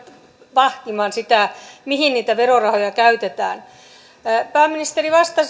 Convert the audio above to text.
vahtimaan sitä mihin niitä verorahoja käytetään pääministeri vasta